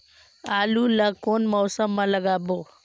आलू ला कोन मौसम मा लगाबो?